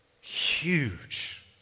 Huge